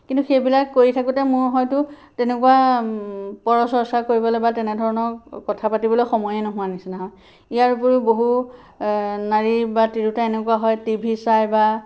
কিন্তু সেইবিলাক কৰি থাকোঁতে মোৰ হয়তো তেনেকুৱা পৰচৰ্চা কৰিবলৈ বা তেনেধৰণৰ কথা পাতিবলৈ সময়ে নোহোৱা নিচিনা হয় ইয়াৰ উপৰিও বহু নাৰী বা তিৰোতা এনেকুৱা হয় টিভি চাই বা